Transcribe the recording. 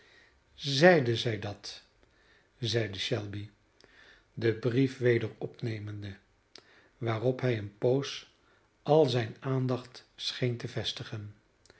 zeide zij dat zeide shelby den brief weder opnemende waarop hij een poos al zijne aandacht scheen te vestigen